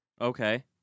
Okay